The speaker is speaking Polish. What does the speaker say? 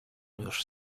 już